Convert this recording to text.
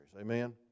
Amen